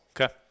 Okay